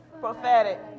Prophetic